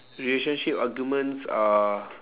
relationship arguments are